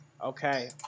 Okay